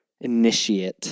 initiate